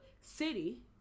city